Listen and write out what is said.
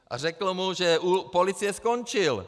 A řekl mu, že u policie skončil.